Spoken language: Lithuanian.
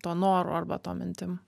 tuo noru arba tom mintim